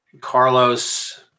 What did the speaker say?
Carlos